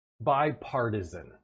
bipartisan